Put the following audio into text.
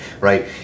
right